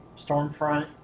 Stormfront